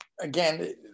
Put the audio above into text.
again